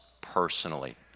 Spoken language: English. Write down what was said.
personally